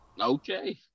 Okay